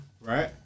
right